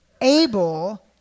able